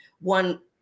one